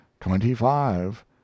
twenty-five